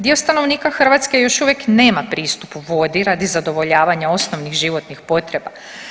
Dio stanovnika Hrvatske još uvijek nama pristup vodi radi zadovoljavanja osnovnih životnih potreba.